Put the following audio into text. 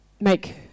make